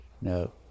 no